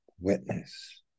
witness